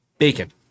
Bacon